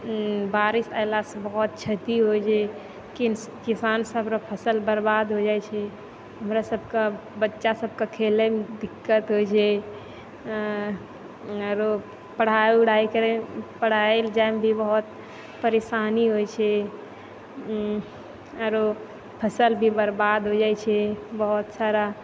बारिश अएलासँ बहुत क्षति होइ छै किसान सबके फसल बर्बाद होइ जाइ छै हमरासभके बच्चा सबके खेलैमे दिक्कत होइ छै आओर पढाइ वढाइ करैमे पढाइ लऽ जाइमे भी बहुत परेशानी होइ छै आओर फसल भी बर्बाद हो जाइ छै बहुत सारा